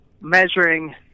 measuring